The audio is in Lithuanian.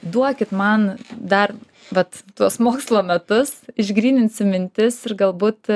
duokit man dar vat tuos mokslo metus išgryninsiu mintis ir galbūt